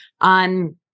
on